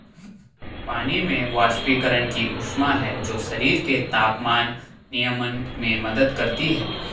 पानी में वाष्पीकरण की ऊष्मा है जो शरीर के तापमान नियमन में मदद करती है